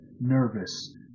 nervous